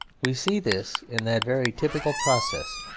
we see this in that very typical process,